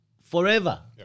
forever